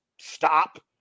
stop